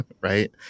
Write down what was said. right